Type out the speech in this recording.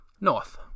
north